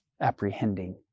apprehending